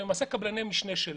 הם, למעשה, קבלני משנה שלנו.